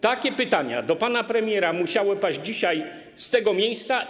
Takie pytania do pana premiera musiały paść dzisiaj z tego miejsca.